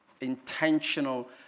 Intentional